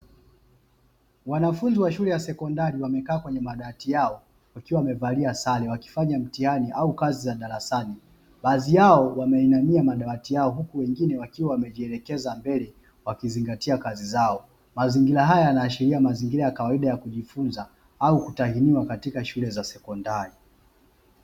Wanafunzi wa shule ya sekondari wamekaa kwenye madawati yao wakiwa wamevalia sare wakifanya mtihani au kazi za shule na baadhi yao wameinamia madawati yao huku wengine wakiwa wamejielekeza mbele wakizingatia kazi zao mazingira haya yanaashiria mazingira ya kawaida ya kujifunza au kutahiniwa katika shule za sekondari.